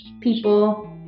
people